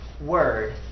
word